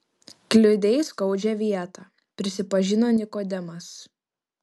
kliudei skaudžią vietą prisipažino nikodemas